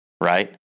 right